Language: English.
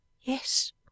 Yes